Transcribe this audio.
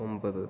ഒൻപത്